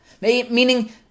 Meaning